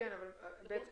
בערך 10